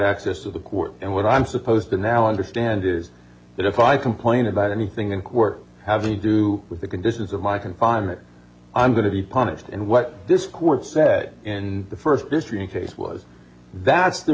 access to the court and what i'm supposed to now understand is that if i complain about anything and quirk have to do with the conditions of my confinement i'm going to be punished and what this court said in the first this unique case was that's the